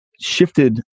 shifted